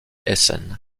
essen